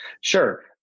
Sure